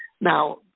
Now